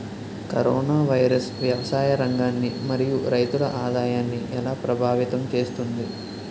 Corona virus వ్యవసాయ రంగాన్ని మరియు రైతుల ఆదాయాన్ని ఎలా ప్రభావితం చేస్తుంది?